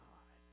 God